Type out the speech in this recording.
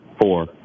four